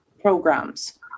programs